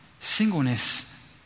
singleness